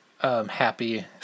Happy